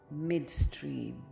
midstream